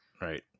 Right